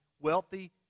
wealthy